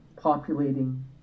populating